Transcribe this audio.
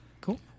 Cool